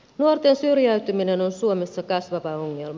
nuorten syrjäytyminen on suomessa kasvava ongelma